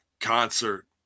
concert